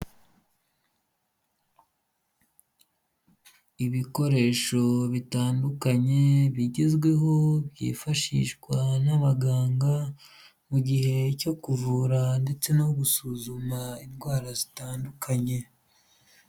Ibikoresho bitandukanye bigezweho byifashishwa n'abaganga, mu gihe cyo kuvura ndetse no gusuzuma indwara zitandukanye.